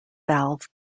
valve